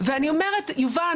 ואני אומרת יובל,